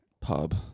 pub